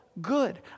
good